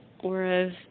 Whereas